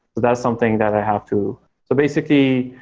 that's something that i have to so basically,